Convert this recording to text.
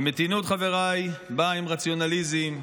ומתינות, חבריי, באה עם רציונליזם,